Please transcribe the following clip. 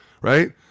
right